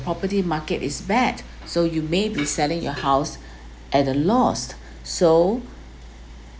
property market is bad so you may be selling your house at a lost so